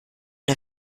der